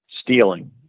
stealing